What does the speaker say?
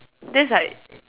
that's like